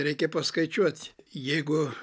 reikia paskaičiuot jeigu